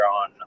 on